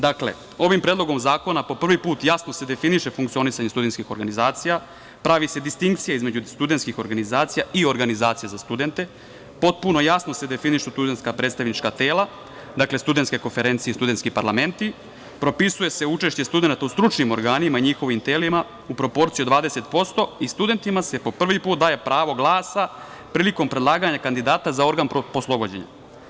Dakle, ovim predlogom zakona prvi put jasno se definiše funkcionisanje studentskih organizacija, pravi se distinkcija između studentskih organizacija i organizacija za studente, potpuno jasno se definišu studentska predstavnička tela, dakle, studentske konferencije i studentski parlamenti, propisuje se učešće studenata u stručnim organima i njihovim telima u proporciji od 20% i studentima se prvi put daje pravo glasa prilikom predlaganja kandidata za organ poslovođenja.